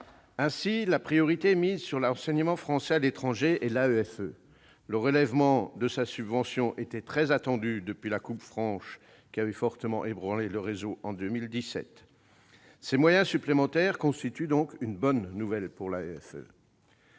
et l'Agence pour l'enseignement français à l'étranger (AEFE). Le relèvement de sa subvention était très attendu depuis la coupe franche qui avait fortement ébranlé le réseau en 2017. Ces moyens supplémentaires constituent donc une bonne nouvelle pour l'AEFE.